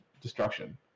destruction